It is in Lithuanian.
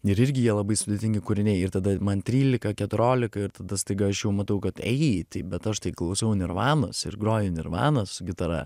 ir irgi jie labai sudėtingi kūriniai ir tada man trylika keturiolika ir tada staiga aš jau matau kad ei tai bet aš tai klausau nirvanos ir groju nirvanos gitara